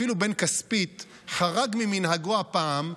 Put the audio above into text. אפילו בן כספית חרג ממנהגו הפעם,